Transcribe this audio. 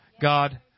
God